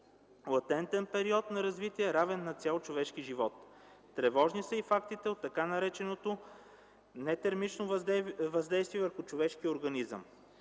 латентен период на развитие, равен на цял човешки живот. Тревожни са и фактите от така нареченото нетермично въздействие върху човешкия организъм.